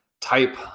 type